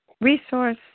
resource